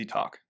Talk